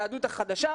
היהדות החדשה.